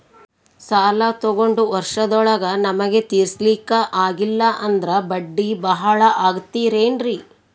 ಸಾಲ ತೊಗೊಂಡು ವರ್ಷದೋಳಗ ನಮಗೆ ತೀರಿಸ್ಲಿಕಾ ಆಗಿಲ್ಲಾ ಅಂದ್ರ ಬಡ್ಡಿ ಬಹಳಾ ಆಗತಿರೆನ್ರಿ?